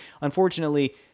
unfortunately